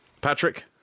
Patrick